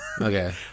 Okay